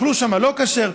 אכלו שם לא כשר,